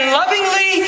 lovingly